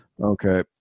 Okay